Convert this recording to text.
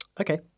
Okay